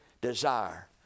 desire